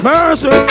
Mercy